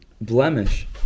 blemish